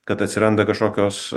kad atsiranda kažkokios